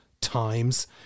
Times